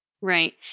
Right